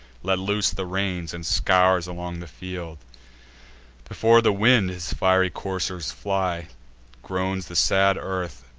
let loose the reins, and scours along the field before the wind his fiery coursers fly groans the sad earth,